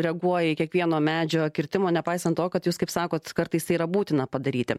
reaguoja į kiekvieno medžio kirtimą nepaisant to kad jūs kaip sakot kartais tai yra būtina padaryti